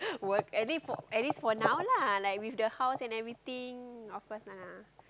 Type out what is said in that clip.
work at least at least for now lah like with the house and everything of course lah